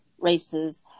races